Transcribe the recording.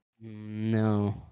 No